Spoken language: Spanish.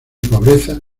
pobreza